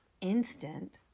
instant